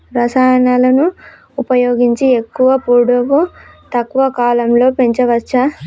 రసాయనాలను ఉపయోగించి ఎక్కువ పొడవు తక్కువ కాలంలో పెంచవచ్చా?